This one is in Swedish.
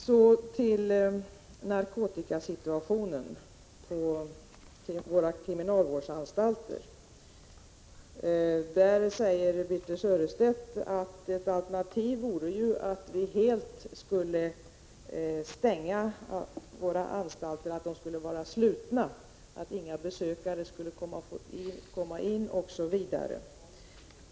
Så till narkotikasituationen på våra kriminalvårdsanstalter. Birthe Sörestedt säger att alternativet vore att vi helt skulle stänga anstalterna, att de skulle vara slutna och inga besökare skulle komma in, osv.